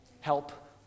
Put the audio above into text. Help